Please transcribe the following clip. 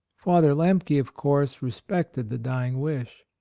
father lemke, of course, re spected the dying wish.